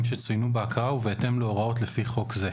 שצוינו בהכרה ובהתאם להוראות לפי חוק זה.